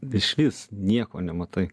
išvis nieko nematai